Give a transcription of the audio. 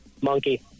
Monkey